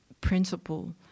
principle